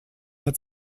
mehr